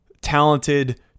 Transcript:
talented